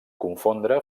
confondre